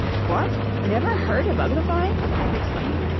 what! never heard of uglifying it exclaimed.